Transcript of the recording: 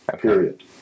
period